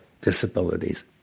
disabilities